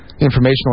informational